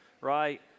right